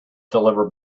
deliver